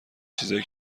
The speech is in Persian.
چیزای